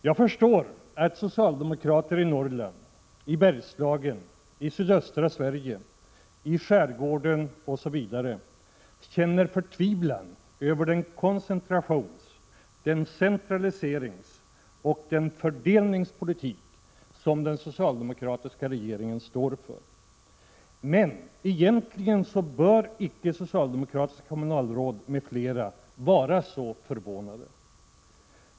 Jag förstår att socialdemokrater i Norrland, i Bergslagen, i sydöstra Sverige, i skärgården osv. känner förtvivlan över den koncentrations-, den centraliseringsoch den fördelningspolitik som den socialdemokratiska regeringen står för. Men egentligen bör icke socialdemokratiska kommunalråd m.fl. vara så förvånade.